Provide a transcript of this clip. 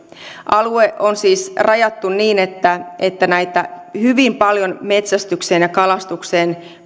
alue on siis rajattu niin että että näitä hyvin paljon metsästykseen ja kalastukseen